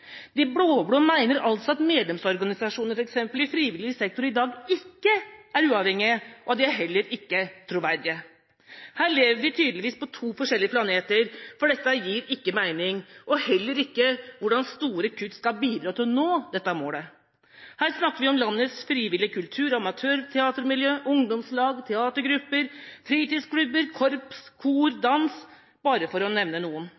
De blå-blå mener altså at f.eks. medlemsorganisasjoner i frivillig sektor i dag ikke er uavhengige, og at de heller ikke er troverdige. Her lever vi tydeligvis på to forskjellige planeter, for dette gir ikke mening, og det gir heller ikke mening at store kutt skal bidra til å nå dette målet. Her snakker vi om landets frivillige kultur- og amatørteatermiljø, ungdomslag, teatergrupper, fritidsklubber, korps, kor og dans, bare for å nevne noen.